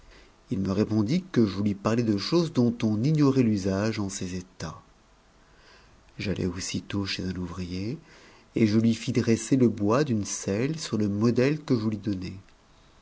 il me répondit que je lui parlais choses dont on ignorait l'usage en ses états j'allai aussitôt chez un ouvrier et je fis dresser le bois d'une se e sor le modèle que je lui donnai